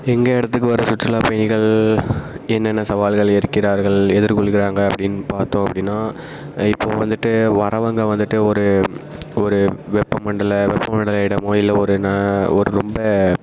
எங்கள் இடத்துக்கு வர்ற சுற்றுலாப் பயணிகள் என்னென்ன சவால்கள் ஏற்கிறார்கள் எதிர்கொள்கிறாங்க அப்படின்னு பார்த்தோம் அப்படின்னா இப்போ வந்துவிட்டு வர்றவங்க வந்துவிட்டு ஒரு ஒரு வெப்ப மண்டல வெப்பமான இடமோ இல்லை ஒரு ந ஒரு ரொம்ப